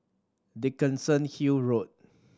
Dickenson Hill Road